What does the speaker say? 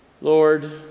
Lord